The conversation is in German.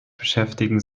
beschäftigen